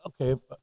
Okay